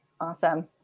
Awesome